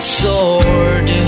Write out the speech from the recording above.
sword